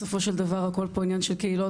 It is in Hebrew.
בסופו של דבר הכל פה עניין של קהילות